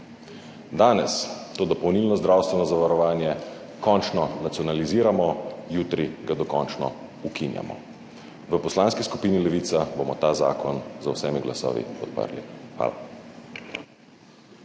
Danes to dopolnilno zdravstveno zavarovanje končno nacionaliziramo, jutri ga dokončno ukinjamo. V Poslanski skupini Levica bomo ta zakon z vsemi glasovi podprli. Hvala.